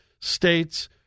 states